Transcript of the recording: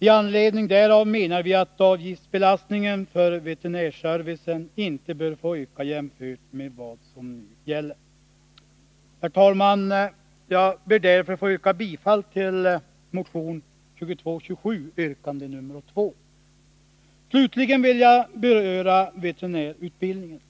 I anledning därav menar vi att avgiftsbelastningen för veterinärservicen inte bör få öka jämfört med vad som nu gäller. Herr talman! Jag ber därför att få yrka bifall till yrkande nr 2 i motion 2227. Slutligen vill jag beröra veterinärutbildningen.